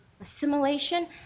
assimilation